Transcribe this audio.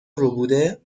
ربوده